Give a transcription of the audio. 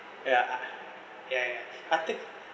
ya ya ya I think